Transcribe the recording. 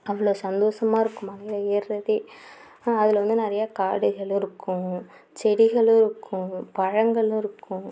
அவ்வளோ சந்தோஷமா இருக்கும் மலையில் ஏறுறதே அதில் வந்து நிறையா காடுகள் இருக்கும் செடிகளும் இருக்கும் பழங்களும் இருக்கும்